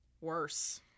worse